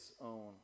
own